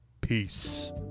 Peace